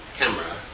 camera